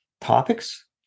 topics